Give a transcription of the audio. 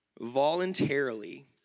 voluntarily